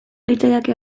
litzaidake